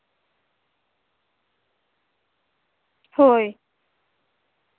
ᱦᱳᱭ